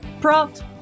prompt